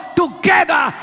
together